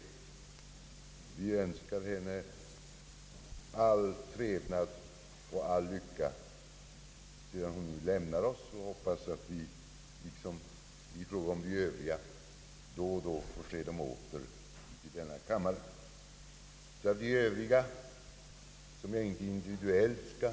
Vi önskar henne all trevnad och all lycka när hon nu lämnar oss och hoppas att då och då i denna kammare få återse henne, liksom övriga ledamöter som nu lämnar Oss.